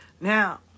Now